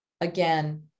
again